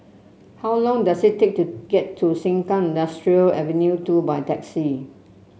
how long does it take to get to Sengkang Industrial Avenue two by taxi